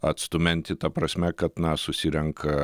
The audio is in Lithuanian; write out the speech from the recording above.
atstumianti ta prasme kad na susirenka